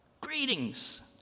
Greetings